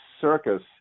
circus